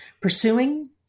Pursuing